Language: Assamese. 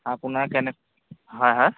আপোনাৰ কেনে হাঁ হাঁ